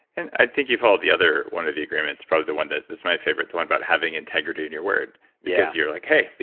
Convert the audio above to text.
and i think you followed the other, one of the agreements, probably the one that is my favorite, the one about having integrity in your word because you're like, hey,